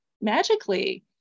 magically